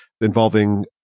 involving